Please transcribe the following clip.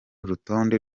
urutonde